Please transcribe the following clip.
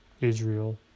Israel